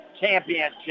Championship